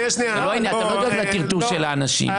אתה לא דואג לטרטור האנשים,